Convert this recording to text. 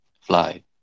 fly